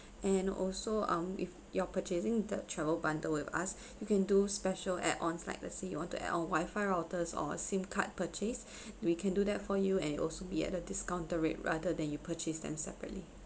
and also um if you're purchasing the travel bundle with us you can do special add ons like let's say you want to add on WIFI routers or SIM card purchase we can do that for you and it'll also be at a discounted rate rather than you purchase them separately